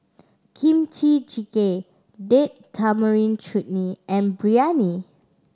Kimchi Jjigae Date Tamarind Chutney and Biryani